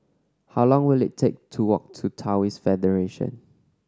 how long will it take to walk to Taoist Federation